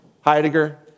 Heidegger